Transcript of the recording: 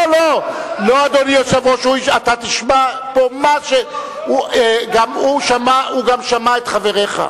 אתה תשמע פה מה, הוא גם שמע את חבריך,